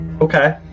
Okay